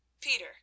Peter